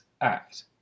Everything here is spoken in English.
Act